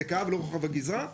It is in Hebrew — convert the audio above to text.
זה כאב לרוחב הגזרה.